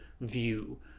view